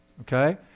okay